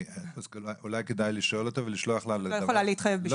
אז אולי כדאי לשאול אותו ולשלוח --- לא יכולה להתחייב בשמו.